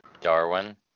darwin